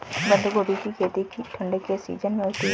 बंद गोभी की खेती ठंड के सीजन में होती है